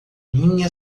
minha